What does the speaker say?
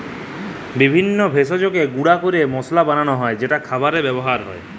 বিভিল্য ভেষজকে গুঁড়া ক্যরে মশলা বানালো হ্যয় যেট খাবারে ব্যাবহার হ্যয়